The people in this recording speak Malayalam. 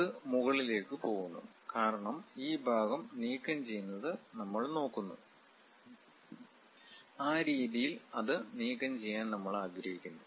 അത് മുകളിലേക്ക് പോകുന്നു കാരണം ഈ ഭാഗം നീക്കംചെയ്യുന്നത് നമ്മൾ നോക്കുന്നു ആ രീതിയിൽ അത് നീക്കംചെയ്യാൻ നമ്മൾ ആഗ്രഹിക്കുന്നു